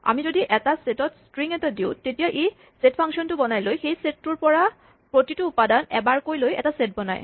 আমি যদি এটা ছেটত ষ্ট্ৰিং এটা দিওঁ তেতিয়া ই ছেট ফাংচনটো বনাই লৈ সেই ছেটটোৰ পৰা প্ৰতিটো উপাদান এবাৰকৈ লৈ এটা ছেট বনায়